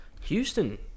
Houston